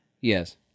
Yes